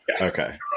Okay